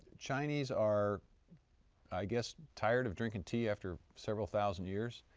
chinese are i guess tired of drinking tea after several thousand years,